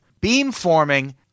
beamforming